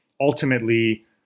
ultimately